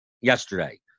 yesterday